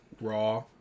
Raw